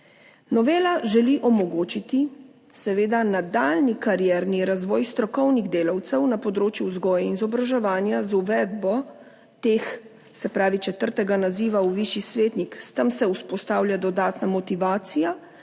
Novela želi omogočiti seveda nadaljnji karierni razvoj strokovnih delavcev na področju vzgoje in izobraževanja z uvedbo teh, se pravi četrtega naziva v višji svetnik, s tem se vzpostavlja dodatna motivacija